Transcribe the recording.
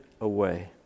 away